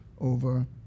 over